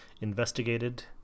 investigated